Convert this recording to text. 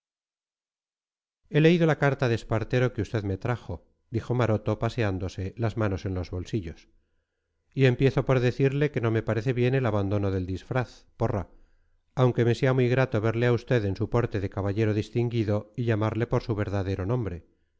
he leído la carta de espartero que usted me trajo dijo maroto paseándose las manos en los bolsillos y empiezo por decirle que no me parece bien el abandono del disfraz porra aunque me sea muy grato verle a usted en su porte de caballero distinguido y llamarle por su verdadero nombre